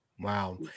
Wow